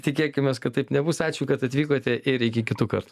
tikėkimės kad taip nebus ačiū kad atvykote ir iki kitų kartų